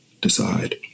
decide